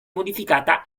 modificata